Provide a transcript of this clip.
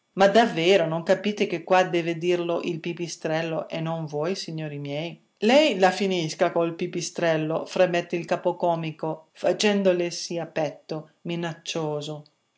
ma davvero non capite che qua deve dirlo il pipistrello e non voi signori miei lei la finisca col pipistrello fremette il capocomico facendolesi a petto minaccioso